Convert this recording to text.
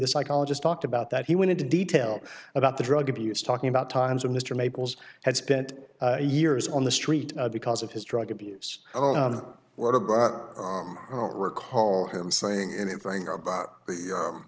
the psychologist talked about that he went into detail about the drug abuse talking about times when mr maples had spent years on the street because of his drug abuse i don't recall him saying anything about